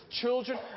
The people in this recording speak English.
children